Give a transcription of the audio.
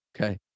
Okay